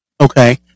Okay